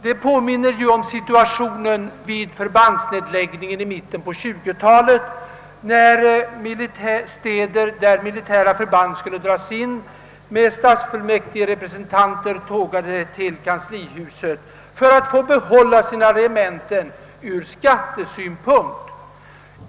Det påminner ju om situationen vid förbandsnedläggningen i mitten på 20-talet, då städer som berördes av sådana nedläggningar sände stadsfullmäktigerepresentanter till Kanslihuset för att utverka att de skulle få behålla sina regementen — ur skattesynpunkt.